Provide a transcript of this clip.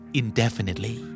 indefinitely